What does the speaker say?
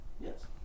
Yes